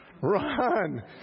run